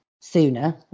sooner